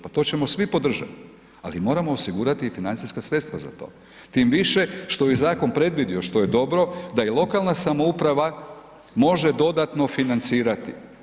Pa to ćemo svi podržati ali moramo osigurati financijska sredstva za to tim više što je zakon previdio što je dobro da i lokalna samouprava može dodatno financirati.